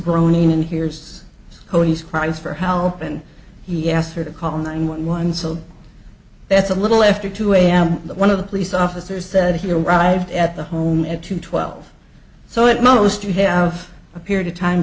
groaning and hears cody's cries for help and he asked her to call nine one one so that's a little after two am but one of the police officers said he arrived at the home at two twelve so at most you have a period of time